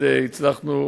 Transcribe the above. עד אשר תפסיק אותי,